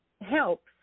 helps